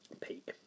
peak